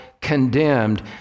condemned